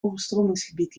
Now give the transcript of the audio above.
overstromingsgebied